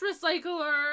recycler